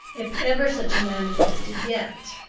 if ever such a man existed yet.